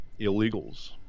illegals